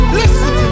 listen